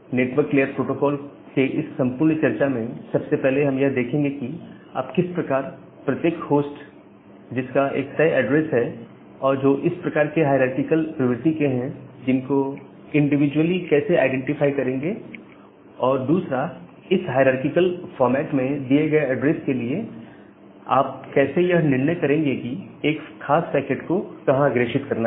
network layer protocol के इस संपूर्ण चर्चा में सबसे पहले हम यह देखेंगे कि आप किस प्रकार प्रत्येक होस्ट जिनका एक तय एड्रेस है और जो इस प्रकार के हायरारकीकल प्रवृत्ति के हैं इनको इंडिविजुअली कैसे आईडेंटिफाई करेंगे और दूसरा इस हायरारकीकल फॉर्मेट में दिए गए एड्रेस के लिए आप कैसे यह निर्णय करेंगे कि एक खास पैकेट को कहां अग्रेषित करना है